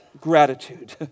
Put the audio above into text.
gratitude